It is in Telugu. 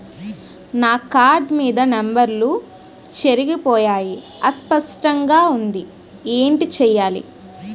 నా కార్డ్ మీద నంబర్లు చెరిగిపోయాయి అస్పష్టంగా వుంది ఏంటి చేయాలి?